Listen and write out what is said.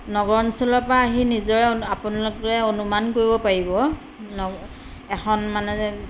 নগৰ অঞ্চলৰ পৰা আহি নিজৰে আপোনালোকে অনুমান কৰিব পাৰিব ন এখন মানে